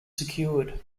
secured